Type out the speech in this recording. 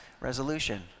resolution